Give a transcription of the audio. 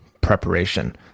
preparation